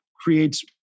creates